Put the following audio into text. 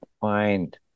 find